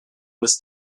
was